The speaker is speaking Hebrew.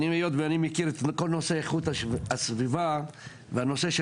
היות ואני מכיר את כל נושא איכות הסביבה והנושא של